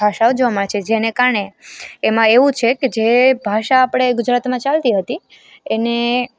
ભાષાઓ જોવા મળે છે જેને કારણે એમાં એવું છે કે જે ભાષા આપણે ગુજરાતમાં ચાલતી હતી એને